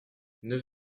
neuf